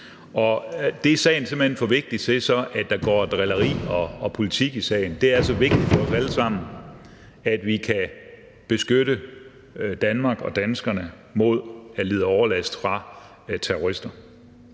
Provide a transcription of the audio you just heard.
Sagen er simpelt hen for vigtig til, at der skal gå drilleri og politik i sagen, for det er altså vigtigt for os alle sammen, at vi skal beskytte Danmark og danskerne mod at lide overlast fra terroristers